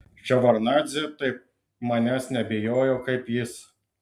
ševardnadzė taip manęs nebijojo kaip jis